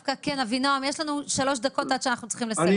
אבינועם, בבקשה.